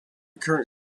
current